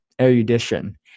erudition